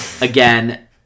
again